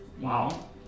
Wow